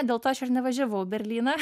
dėl to aš ir nevažiavau į berlyną